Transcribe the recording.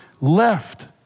left